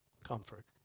Comfort